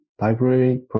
library